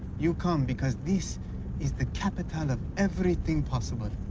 you come because this is the capital of everything possible? ah,